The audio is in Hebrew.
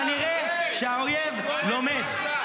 כנראה שהאויב לומד.